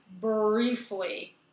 briefly